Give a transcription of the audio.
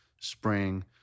spring